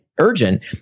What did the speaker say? urgent